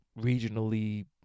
regionally